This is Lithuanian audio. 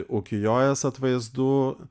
ukijojos atvaizdų